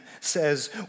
says